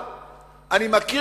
אני אגיד לכם איך עושים את זה.